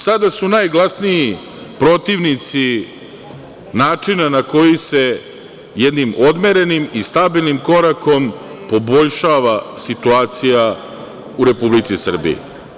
Sada su najglasniji protivnici načina na koji se jednim odmerenim i stabilnim korakom poboljšava situacija u Republici Srbiji.